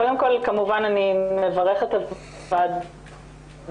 קודם כול, כמובן אני מברכת על עבודת הוועדה.